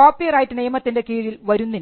copyright നിയമത്തിൻറെ കീഴിൽ വരുന്നില്ല